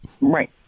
Right